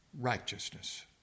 righteousness